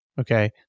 Okay